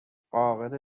فاقد